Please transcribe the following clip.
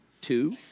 two